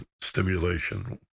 stimulation